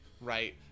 right